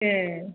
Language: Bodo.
ए